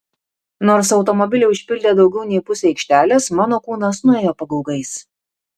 nors automobiliai užpildė daugiau nei pusę aikštelės mano kūnas nuėjo pagaugais